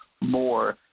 more